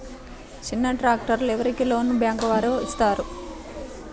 చిన్న ట్రాక్టర్ ఎవరికి లోన్గా బ్యాంక్ వారు ఇస్తారు?